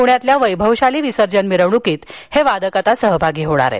पुण्यातील वैभवशाली विसर्जन मिरवणुकीत हे वादक आता सहभागी होणार आहेत